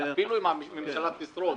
אפילו אם הממשלה תשרוד,